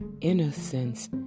innocence